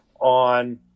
on –